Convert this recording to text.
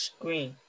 Screen